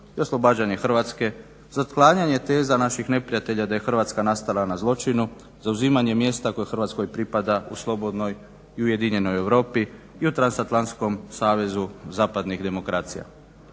i oslobađanje Hrvatske, za otklanjanje teza naših neprijatelja da je Hrvatska nastala na zločinu za uzimanje mjesta koji Hrvatskoj pripada u slobodnoj i ujedinjenoj Europi i u transatlantskom savezu zapadnih demokracija.